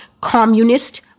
communist